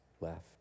left